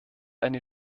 eine